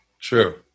True